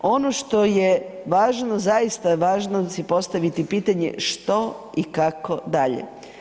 Ono što je važno zaista je važno postaviti pitanje što i kako dalje?